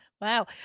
Wow